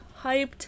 hyped